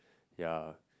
ya